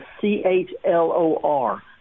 C-H-L-O-R